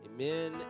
Amen